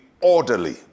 orderly